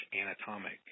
anatomic